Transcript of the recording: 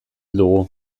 dugu